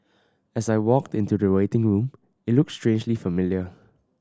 as I walked into the waiting room it looked strangely familiar